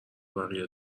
بقیه